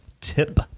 TIP